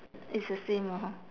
it's the same lor